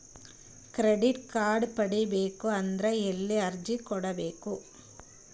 Credit card ಪಡಿಬೇಕು ಅಂದ್ರ ಎಲ್ಲಿ ಅರ್ಜಿ ಕೊಡಬೇಕು?